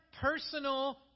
personal